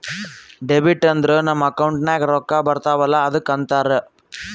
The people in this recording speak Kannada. ಡೆಬಿಟ್ ಅಂದುರ್ ನಮ್ ಅಕೌಂಟ್ ನಾಗ್ ರೊಕ್ಕಾ ಬರ್ತಾವ ಅಲ್ಲ ಅದ್ದುಕ ಅಂತಾರ್